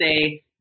say